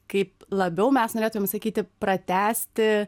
kaip labiau mes norėtumėm sakyti pratęsti